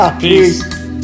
Peace